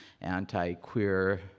anti-queer